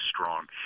strong